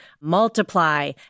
multiply